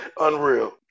Unreal